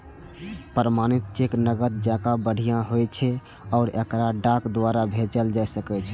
प्रमाणित चेक नकद जकां बढ़िया होइ छै आ एकरा डाक द्वारा भेजल जा सकै छै